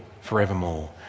forevermore